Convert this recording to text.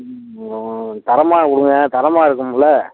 தரமாக கொடுங்க தரமாக இருக்கும்ல